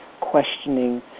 questioning